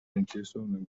заинтересованные